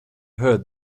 heard